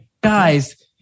Guys